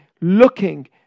looking